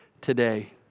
today